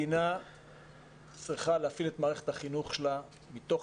מדינה צריכה להפעיל את מערכת החינוך שלה מתוך